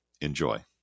Enjoy